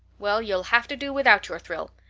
well, you'll have to do without your thrill.